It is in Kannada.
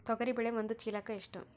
ತೊಗರಿ ಬೇಳೆ ಒಂದು ಚೀಲಕ ಎಷ್ಟು?